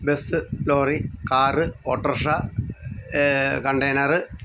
bus lorry car auto rickshaw container